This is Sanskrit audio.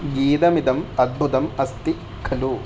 गीतमिदम् अद्भुदम् अस्ति खलु